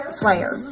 player